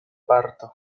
parto